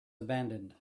abandoned